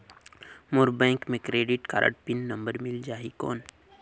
मोर bank मे credit card PIN number मिल जाहि कौन?